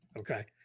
Okay